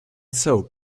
soap